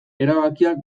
erabakiak